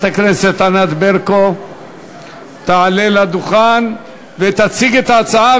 ענת ברקו תעלה לדוכן ותציג את ההצעה,